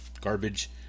garbage